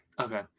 Okay